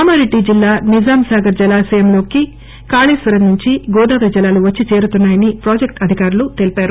కామారెడ్డి జిల్లా నిజాంసాగర్ జలాశయం లోకి కాళేశ్వరం నుంచి గోదావరి జలాలు వచ్చి చేరుతున్నా యని ప్రాజెక్టు అధికారులు తెలిపారు